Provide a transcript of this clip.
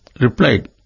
replied